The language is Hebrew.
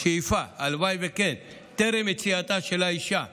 בשאיפה, הלוואי שכן, טרם יציאתה של האישה מהמקלט,